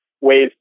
ways